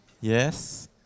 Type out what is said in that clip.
Yes